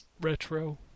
retro